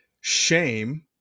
shame